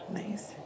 nice